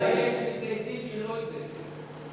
אנחנו נקרא לאלה שמתגייסים שלא יתגייסו,